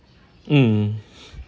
mm